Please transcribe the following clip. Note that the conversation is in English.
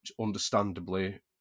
understandably